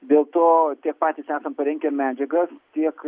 dėl to tiek patys esam parengę medžiagas tiek